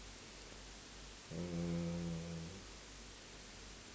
uh